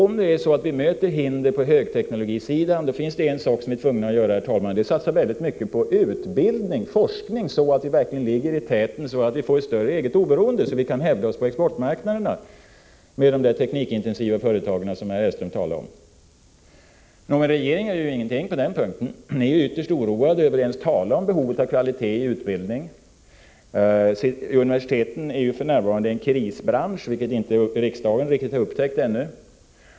Om det är så att vi möter hinder på högteknologisidan finns det dessutom en sak vi är tvungna att göra, herr talman, nämligen att satsa mycket på utbildning och forskning, så att vi verkligen ligger i täten och får större oberoende samt kan hävda oss på exportmarknaderna med de där teknikintensiva företagen som herr Hellström talar om. Men regeringen gör ju ingenting på den punkten! Ni känner er ytterst oroade av att man ens talar om behovet av kvalitet i utbildningen. Universiteten representerar för närvarande en krisbransch, vilket riksdagen ännu inte riktigt har upptäckt.